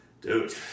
Dude